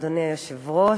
אדוני היושב-ראש,